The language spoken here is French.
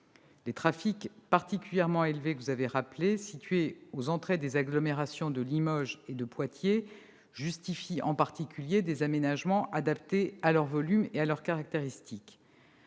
Le trafic particulièrement élevé que vous avez rappelé, concentré aux entrées d'agglomérations de Limoges et de Poitiers, justifie en particulier des aménagements adaptés à son volume et à ses caractéristiques.